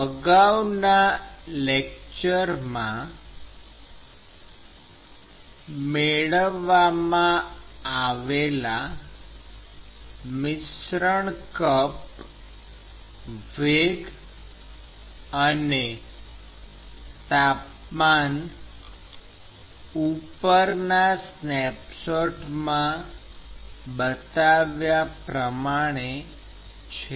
અગાઉના લેકચરમાં મેળવવામાં આવેલા મિશ્રણ કપ વેગ અને તાપમાન ઉપરના સ્નેપશોટમાં બતાવ્યા પ્રમાણે છે